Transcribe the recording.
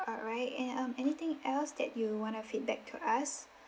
alright and um anything else that you wanna feedback to us